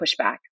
pushback